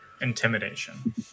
Intimidation